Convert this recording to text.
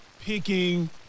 picking